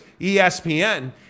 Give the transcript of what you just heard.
ESPN